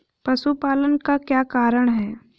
पशुपालन का क्या कारण है?